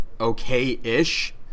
okay-ish